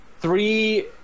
three